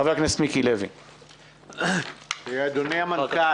אדוני המנכ"ל